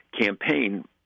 campaign